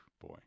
Boy